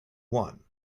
one